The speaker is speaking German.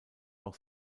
auch